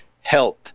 health